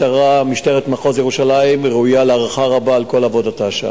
משטרת מחוז ירושלים ראויה להערכה רבה על כל עבודתה שם.